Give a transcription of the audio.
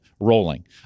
rolling